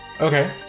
Okay